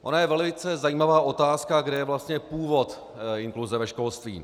Ona je velice zajímavá otázka, kde je vlastně původ inkluze ve školství.